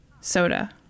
soda